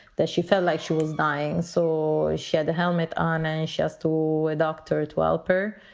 that she felt like she was dying. so she had the helmet on and she has two doctor to help her.